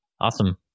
awesome